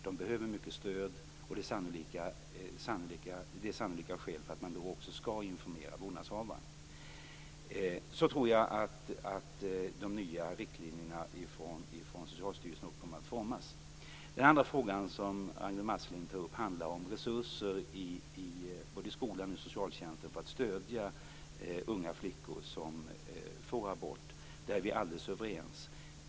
De behöver mycket stöd, och det är sannolika skäl för att man då också skall informera vårdnadshavaren. Så tror jag att de nya riktlinjerna från Socialstyrelsen kommer att formas. Den andra frågan som Ragnwi Marcelind tar upp handlar om resurser både i skolan och socialtjänsten för att stödja unga flickor som gör abort. Där är vi alldeles överens.